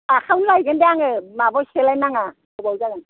आखायावनो लायगोन दे आङो माबायाव सोलाय नाङा गोबाव जागोन